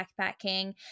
backpacking